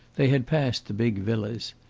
they had passed the big villas.